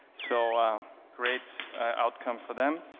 so great outcome for them